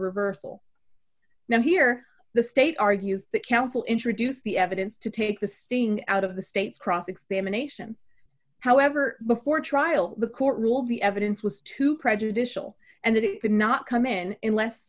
reversal now here the state argues that counsel introduced the evidence to take the sting out of the state's cross examination however before trial the court ruled the evidence was too prejudicial and that it did not come in